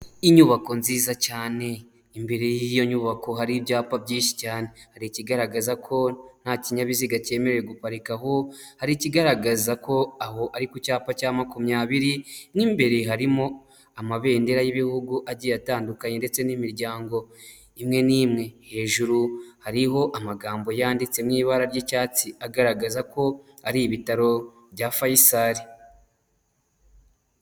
Inyubako nziza cyane, imbere y'iyo nyubako hari ibyapa byinshi cyane. Ni ikigaragaza ko nta kinyabiziga cyemerewe guparika aho, hari ikigaragaza ko aho ari ku cyapa cya makumyabiri. N'imbere harimo amabendera y'ibihugu agiye atandukanye ndetse n'imiryango imwe n'imwe, hejuru hariho amagambo yanditse mu ibara ry'icyatsi agaragaza ko ari ibitaro bya fayisali.